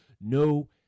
no